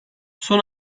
son